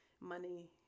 money